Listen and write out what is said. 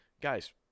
guys